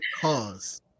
cause